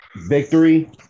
victory